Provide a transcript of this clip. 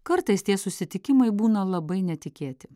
kartais tie susitikimai būna labai netikėti